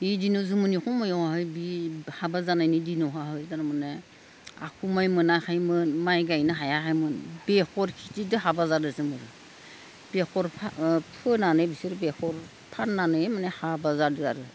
बिदिनो जुमुनि हमयावहाय बि हाबा जानायनि दिनावहा थारमाने आखुमाय मोनाखैमोन माइ गायनो हायाखैमोन बेसर खेथिदो हाबा जादो जोङो बेसरफा ओ फोनानै बिसोर बेखौ फाननानै माने हाबा जादो आरो